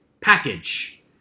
package